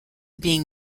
being